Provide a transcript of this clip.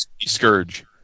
Scourge